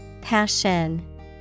Passion